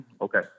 Okay